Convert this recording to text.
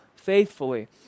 faithfully